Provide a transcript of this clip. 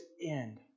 end